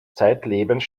zeitlebens